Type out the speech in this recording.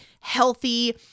healthy